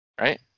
right